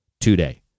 today